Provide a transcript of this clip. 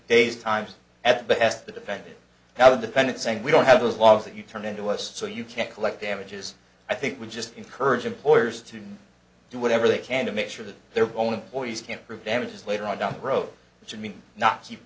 days times at best the defendant now defendant saying we don't have those laws that you turn into us so you can't collect damages i think we just encourage employers to do whatever they can to make sure that their own boys can't prove damages later on down the road which would mean not keep